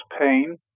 pain